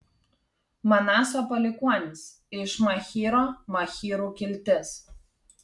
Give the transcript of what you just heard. manaso palikuonys iš machyro machyrų kiltis